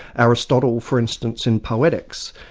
aristotle, for instance in poetics,